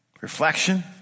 reflection